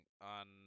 on